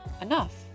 enough